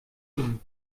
ihn